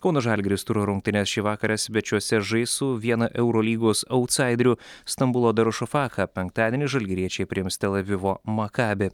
kauno žalgiris turo rungtynes šį vakarą svečiuose žais su viena eurolygos autsaiderių stambulo darušafacha penktadienį žalgiriečiai priims tel avivo makabį